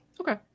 Okay